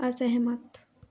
असहमत